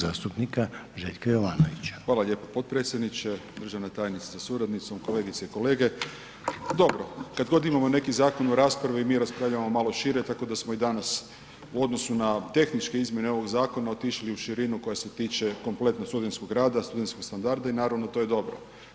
Hvala lijepo potpredsjedniče, državni tajniče sa suradnicom, kolegice i kolege, dobro, kad god imamo neki zakon o raspravi mi raspravljamo malo šire, tako da smo i danas u odnosu na tehničke izmjene ovog zakona otišli u širinu koja se tiče kompletno studentskog rada, studentskog standarda i naravno to je dobro.